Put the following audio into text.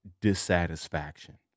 dissatisfaction